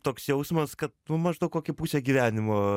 toks jausmas kad nu maždaug kokį pusę gyvenimo